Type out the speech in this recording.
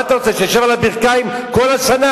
מה אתה רוצה, שישב על הברכיים כל השנה?